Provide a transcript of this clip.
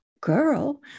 girl